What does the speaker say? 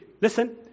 listen